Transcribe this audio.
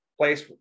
place